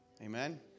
Amen